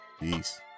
Peace